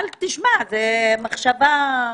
אבל, זו מחשבה.